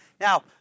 Now